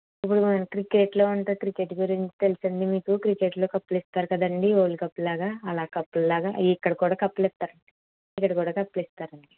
ఇప్పుడు మనం క్రికెట్లో ఉంటే క్రికెట్ గురించి తెలుసా అండి మీకు క్రికెట్లో కప్పులు ఇస్తారు కదండి వరల్డ్ కప్లాగా అలా కప్పులలాగా ఇక్కడ కూడా కప్పులు ఇస్తారు ఇక్కడ కూడా కప్పు ఇస్తారు అండి